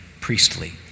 priestly